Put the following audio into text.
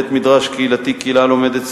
בית-מדרש קהילתי / קהילה לומדת,